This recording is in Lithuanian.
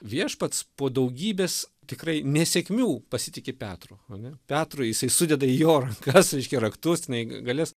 viešpats po daugybės tikrai nesėkmių pasitiki petru ane petrui jisai sudeda į jo rankas reiškia raktus jinai galės